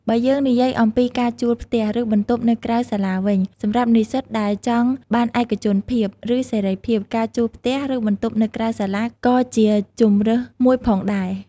បើយើងនិយាយអំពី ការជួលផ្ទះ ឬបន្ទប់នៅក្រៅសាលាវិញ សម្រាប់និស្សិតដែលចង់បានឯកជនភាព ឬសេរីភាព ការជួលផ្ទះ ឬបន្ទប់នៅក្រៅសាលាក៏ជាជម្រើសមួយផងដែរ។